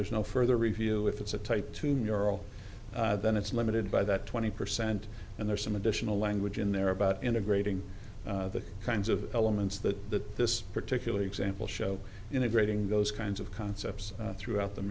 there's no further review if it's a type two mural then it's limited by that twenty percent there's some additional language in there about integrating the kinds of elements that this particular example show integrating those kinds of concepts throughout the